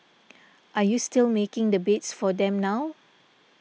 are you still making the beds for them now